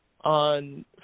on